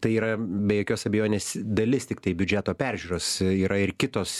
tai yra be jokios abejonės dalis tiktai biudžeto peržiūros yra ir kitos